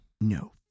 No